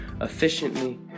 efficiently